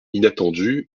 inattendue